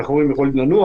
אבל הם יכולים לנוח.